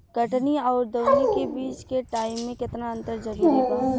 कटनी आउर दऊनी के बीच के टाइम मे केतना अंतर जरूरी बा?